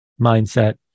mindset